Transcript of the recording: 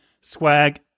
swag